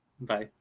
Bye